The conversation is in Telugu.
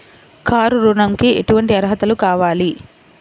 కారు ఋణంకి ఎటువంటి అర్హతలు కావాలి?